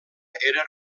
era